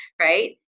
right